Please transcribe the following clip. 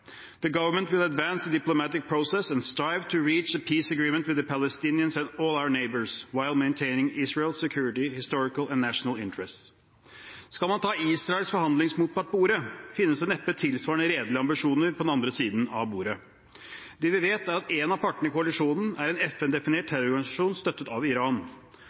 advance the diplomatic process and strive to reach a peace agreement with the Palestinians and all our neighbours, while maintaining Israel’s security, historical and national interests.» Skal man ta Israels forhandlingsmotpart på ordet, finnes det neppe tilsvarende redelige ambisjoner på den andre siden av bordet. Det vi vet, er at en av partene i koalisjonen er en FN-definert terrororganisasjon, støttet av Iran.